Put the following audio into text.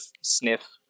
sniff